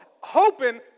hoping